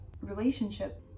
relationship